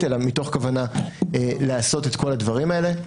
אלא מתוך כוונה לעשות את כל הדברים האלה.